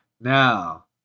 Now